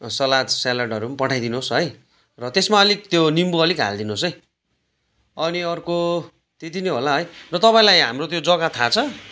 salad स्यालेडहरू पनि पठाइदिनुहोस् है त्यसमा अलिक त्यो निम्बु अलिक हालिदिनुहोस् है अनि अर्को त्यति नै होला है र तपाईँलाई हाम्रो त्यो जग्गा थाहा छ